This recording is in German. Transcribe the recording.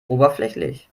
oberflächlich